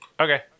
Okay